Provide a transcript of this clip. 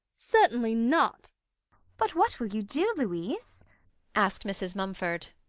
certainly not but what will you do, louise asked mrs. mumford,